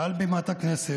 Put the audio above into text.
מעל בימת הכנסת,